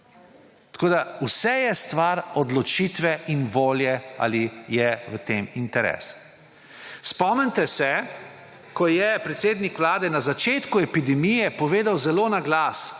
postopke. Vse je stvar odločitve in volje, ali je v tem interesu. Spomnite se, ko je predsednik Vlade na začetku epidemije povedal zelo na glas,